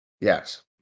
Yes